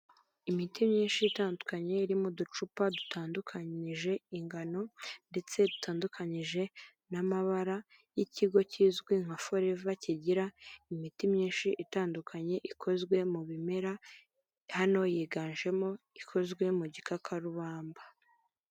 Imiti myinshi itandukanye iri mu ducupa dutandukanije ingano ndetse dutandukanyije n'amabara y'ikigo kizwi nka foreva kigira imiti myinshi itandukanye ikozwe mu bimera. hano yiganjemo ikozwe mu gikakarubamba.